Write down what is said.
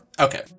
Okay